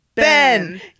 Ben